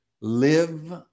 live